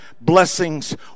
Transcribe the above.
blessings